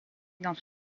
dans